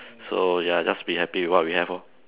so ya just be happy with what we have lor